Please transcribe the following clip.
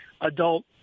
adult